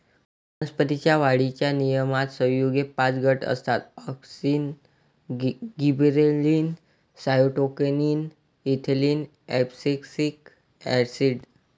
वनस्पतीं च्या वाढीच्या नियमनात संयुगेचे पाच गट असतातः auxin, gibberellin, cytokinin, ethylene, abscisic acid